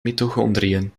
mitochondriën